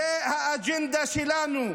זו האג'נדה שלנו.